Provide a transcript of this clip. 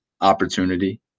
opportunity